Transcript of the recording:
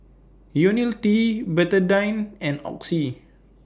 Ionil T Betadine and Oxy